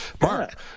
Mark